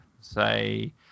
say